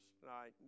tonight